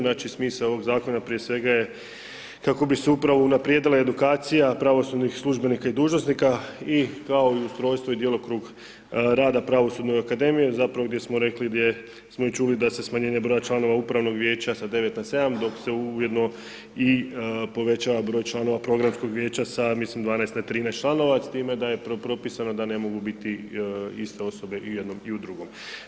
Znači, smisao ovog Zakon prije svega, je kako bi se upravo unaprijedila edukacija pravosudnih službenika i dužnosnika i kao i ustrojstvo i djelokrug rada u Pravosudnoj akademiji zapravo gdje smo rekli, gdje smo i čuli da se smanjenje broja članova Upravnog vijeća sa 9 na 7, dok se ujedno i povećava broj članova Programskog vijeća sa, mislim, 12 na 13 članova s time da je propisano da ne mogu biti iste osobe i u jednom i u drugom.